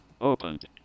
Opened